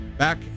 Back